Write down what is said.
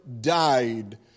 died